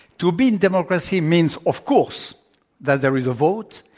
to be a democracy means of course that there is a vote,